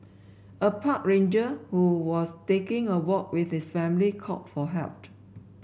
a park ranger who was taking a walk with his family called for helped